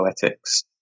poetics